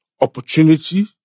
opportunity